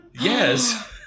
Yes